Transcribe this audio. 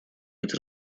быть